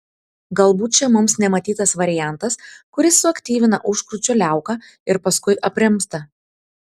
galbūt čia mums nematytas variantas kuris suaktyvina užkrūčio liauką ir paskui aprimsta